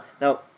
Now